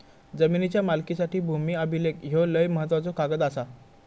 जमिनीच्या मालकीसाठी भूमी अभिलेख ह्यो लय महत्त्वाचो कागद आसा